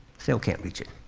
still can't reach it.